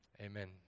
Amen